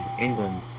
England